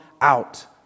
out